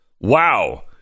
wow